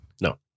No